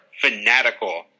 fanatical